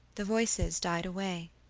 the voices died away.